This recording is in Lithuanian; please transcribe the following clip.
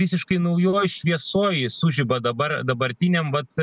visiškai naujoj šviesoj sužiba dabar dabartiniam vat